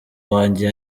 wanjye